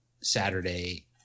Saturday